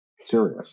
serious